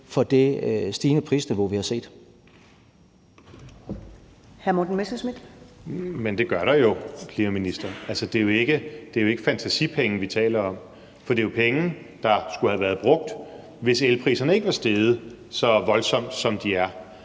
Morten Messerschmidt (DF): Men det gør der jo, kære minister. Altså, det er jo ikke fantasipenge, vi taler om, for det er jo penge, der skulle have været brugt, hvis elpriserne ikke var steget så voldsomt, som de er.